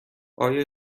آیا